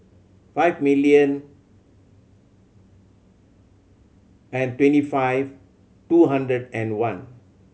five million and twenty five two hundred and one